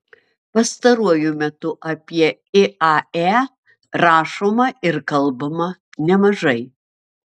pastaruoju metu apie iae rašoma ir kalbama nemažai